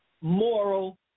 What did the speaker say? moral